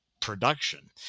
production